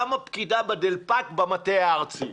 גם הפקידה בדלפק במטה הארצי.